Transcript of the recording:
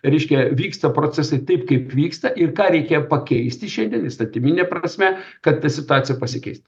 reiškia vyksta procesai taip kaip vyksta ir ką reikia pakeisti šiandien įstatymine prasme kad ta situacija pasikeis